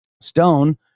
Stone